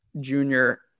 junior